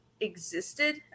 existed